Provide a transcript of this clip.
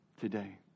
today